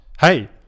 Hey